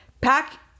pack